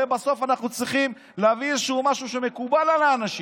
הרי בסוף אנחנו צריכים להביא משהו שמקובל על האנשים,